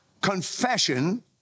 confession